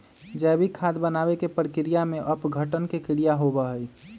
जैविक खाद बनावे के प्रक्रिया में अपघटन के क्रिया होबा हई